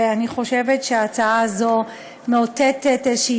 ואני חושבת שההצעה הזאת מאותתת איזושהי